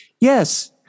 Yes